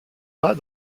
pas